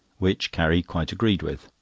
which carrie quite agreed with.